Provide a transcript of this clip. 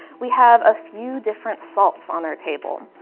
we have a few different salts on our table.